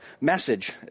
message